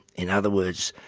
in other words,